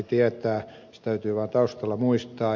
se täytyy vaan taustalla muistaa